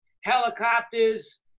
helicopters